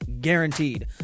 Guaranteed